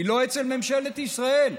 היא לא אצל ממשלת ישראל.